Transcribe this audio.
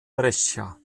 brescia